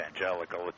evangelical